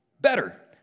better